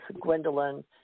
Gwendolyn